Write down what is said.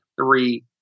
three